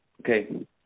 okay